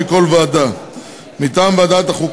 חוק